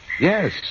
Yes